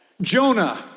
Jonah